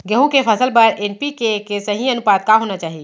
गेहूँ के फसल बर एन.पी.के के सही अनुपात का होना चाही?